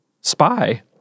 spy